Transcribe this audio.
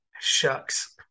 Shucks